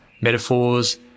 metaphors